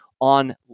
on